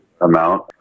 amount